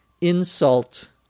insult